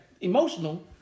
emotional